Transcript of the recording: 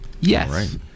Yes